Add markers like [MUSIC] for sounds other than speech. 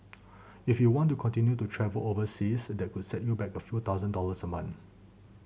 [NOISE] if you want to continue to travel overseas that could set you back by a few thousand dollars a month